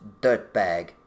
dirtbag